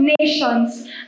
nations